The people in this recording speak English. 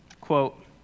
Quote